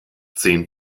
zehn